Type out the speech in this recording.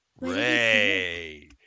Ray